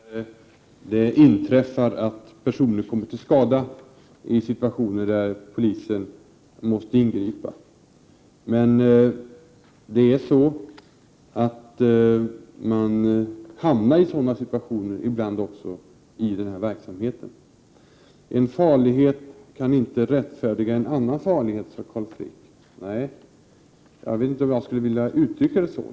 Herr talman! Det är tragiskt när det inträffar att personer kommer till skada i situationer där polisen måste ingripa. I denna verksamhet hamnar man ibland i sådana situationer. En farlighet kan inte rättfärdiga en annan farlighet, sade Carl Frick. Jag vet inte om jag skulle vilja uttrycka det så.